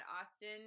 Austin